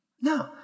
No